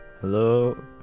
Hello